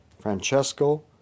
Francesco